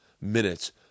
minutes